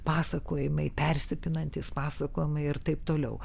pasakojimai persipinantys pasakojimai ir taip toliau